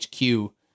hq